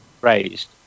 raised